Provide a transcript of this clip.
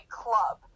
club